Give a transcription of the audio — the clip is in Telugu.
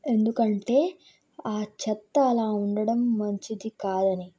ఎందుకంటే ఆ చెత్త అలా ఉండడం మంచిది కాాదని